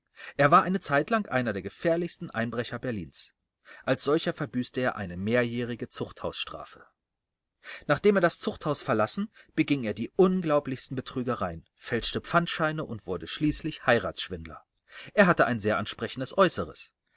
er war eine zeitlang einer der gefährlichsten einbrecher berlins als solcher verbüßte er eine mehrjährige zuchthausstrafe nachdem er das zuchthaus verlassen beging er die unglaublichsten betrügereien fälschte pfandscheine und wurde schließlich heiratsschwindler er hatte ein sehr ansprechendes äußere